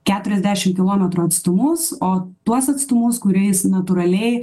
keturiasdešim kilometrų atstumus o tuos atstumus kuriais natūraliai